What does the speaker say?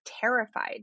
terrified